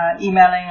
emailing